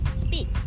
speak